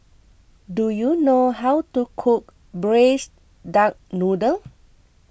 do you know how to cook Braised Duck Noodle